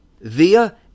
via